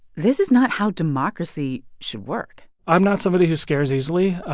this is not how democracy should work i'm not somebody who scares easily,